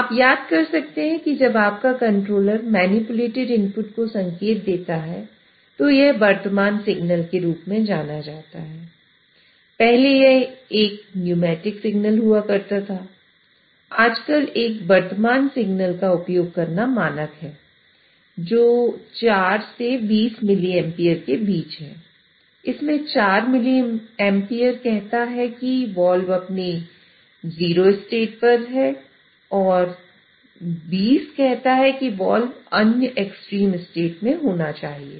आप याद कर सकते हैं कि जब आपका कंट्रोलर मैनिपुलेटेड इनपुट हुआ करता था आजकल एक वर्तमान सिग्नल का उपयोग करना मानक है जो 4 से 20 मिली एम्पीयर के बीच है जिसमें 4 मिलीएम्पीयर कहता है कि वाल्व अपने 0 स्टेट पर और 20 कहता है कि वाल्व अन्य एक्सट्रीम स्टेट में होना चाहिए